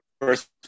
first